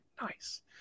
Nice